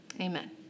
Amen